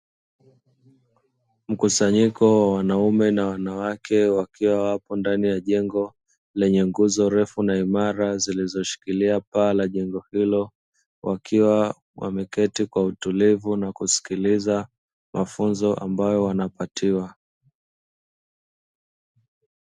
Mkusanyiko wa wanaume na wanawake wakiwa wamo ndani ya jengo lenye nguzo ndefu na imara zilizoshikilia paa la jengo hilo, wakiwa wameketi kwa utulivu na kusikiliza mafunzo ambayo wanapatiwa.